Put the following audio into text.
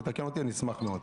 תתקן אותי אני אשמח מאוד.